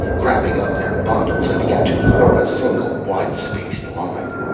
grabbing up their bundles, and began to form a single widespaced line.